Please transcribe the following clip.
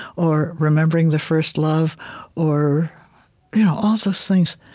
or remembering the first love or yeah all those things.